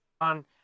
on